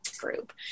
group